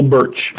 Birch